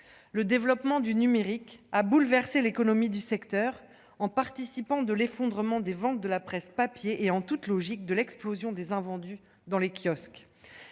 Le développement du numérique a bouleversé l'économie du secteur, en participant à l'effondrement des ventes de la presse papier et, en toute logique, à l'explosion des invendus dans les kiosques.